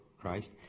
Christ